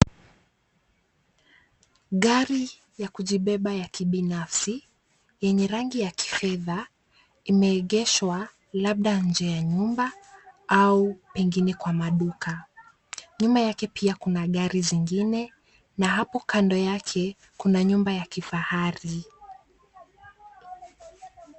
Gari ya kujibeba ya kibinafsi yenye rangi ya kifedha imeegeshwa labda nje ya nyumba au pengine kwa maduka. Nyuma yake pia kuna gari zingine na hapo kando yake kuna nyumba ya kifahari.